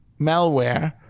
malware